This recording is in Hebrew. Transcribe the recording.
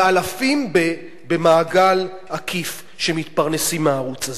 ואלפים במעגל עקיף שמתפרנסים מהערוץ הזה.